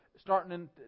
starting